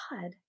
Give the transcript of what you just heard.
god